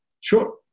Sure